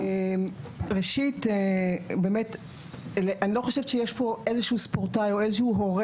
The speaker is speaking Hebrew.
אני לא חושבת שיש פה ספורטאי או הורה